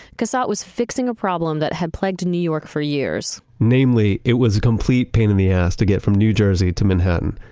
because ah that was fixing a problem that had plugged in new york for years namely, it was a complete pain in the ass to get from new jersey to manhattan.